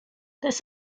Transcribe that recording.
this